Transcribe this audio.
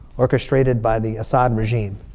orchestrated by the assad regime.